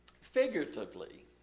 figuratively